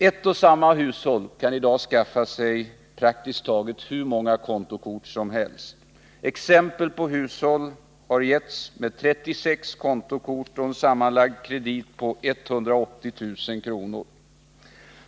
Ett och samma hushåll kan i dag skaffa sig praktiskt taget hur många kontokort som helst. Exempel har givits på hushåll med 36 kontokort och en sammanlagd kredit på 180 000 kronor.